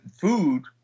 food